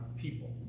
people